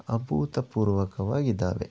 ಅಭೂತಪೂರ್ವಕವಾಗಿ ಇದ್ದಾವೆ